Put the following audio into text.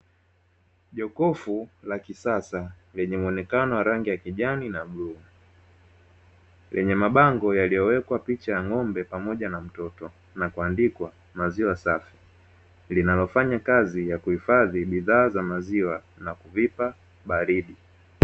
Jokofu la kisasa lenye mwonekano wa rangi ya kijani na bluu, wenye mabango yaliyowekwa picha ya ng'ombe pamoja na mtoto na kuandikwa "maziwa safi", linalofanya kazi ya kuhifadhi bidhaa za maziwa na kuvipa baridi.